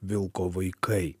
vilko vaikai